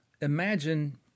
imagine